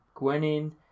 Gwenin